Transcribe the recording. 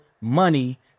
money